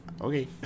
Okay